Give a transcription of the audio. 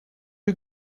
you